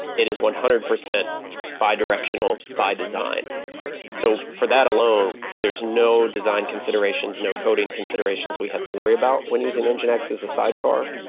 it is one hundred percent bi-directional by design so for that alone, there's no design considerations, no coding considerations we have to worry about when using and nginx as a sidecar.